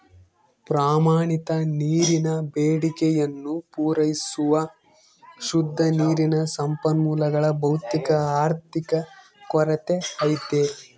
ಪ್ರಮಾಣಿತ ನೀರಿನ ಬೇಡಿಕೆಯನ್ನು ಪೂರೈಸುವ ಶುದ್ಧ ನೀರಿನ ಸಂಪನ್ಮೂಲಗಳ ಭೌತಿಕ ಆರ್ಥಿಕ ಕೊರತೆ ಐತೆ